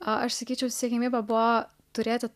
aš sakyčiau siekiamybė buvo turėti